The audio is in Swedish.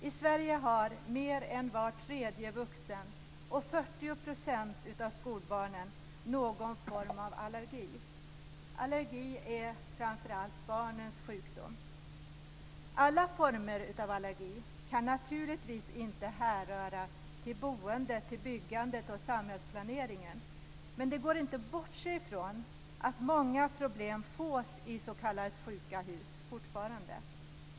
I Sverige har mer än var tredje vuxen och 40 % av skolbarnen någon form av allergi. Allergi är framför allt barnens sjukdom. Alla former av allergi kan naturligtvis inte härröras till boendet, byggandet och samhällsplaneringen. Men det går inte att bortse från att många problem fortfarande fås i s.k. sjuka hus.